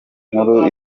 nkuru